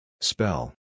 Spell